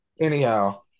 Anyhow